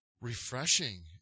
refreshing